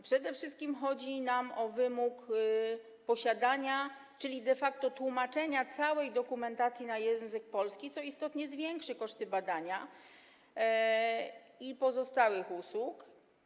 Przede wszystkim chodzi nam o wymóg posiadania, czyli de facto tłumaczenia całej dokumentacji na język polski, co istotnie zwiększy koszty badania i pozostałych usług.